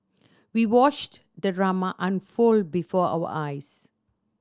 we watched the drama unfold before our eyes